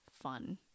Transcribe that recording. fun